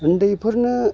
उन्दैफोरनो